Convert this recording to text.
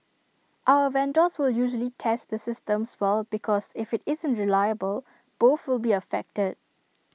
our vendors will usually test the systems well because if IT isn't reliable both will be affected